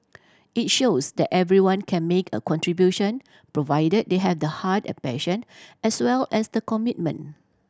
it shows that everyone can make a contribution provided they have the heart and passion as well as the commitment